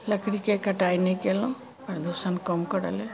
लकड़ीके कटाइ नहि केलहुँ प्रदूषण कम करै लेल